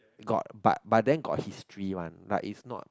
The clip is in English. got but but then got history one like its not